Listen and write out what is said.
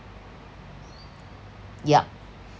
yup